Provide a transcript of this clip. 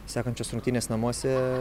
sekančios rungtynės namuose